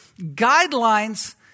guidelines